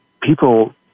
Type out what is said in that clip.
people